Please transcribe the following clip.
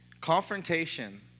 Confrontation